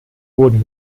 wurden